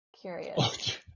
Curious